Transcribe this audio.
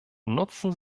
nutzen